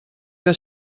que